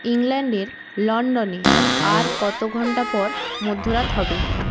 ইংল্যাণ্ডের লণ্ডনে আর কত ঘন্টা পর মধ্যরাত হবে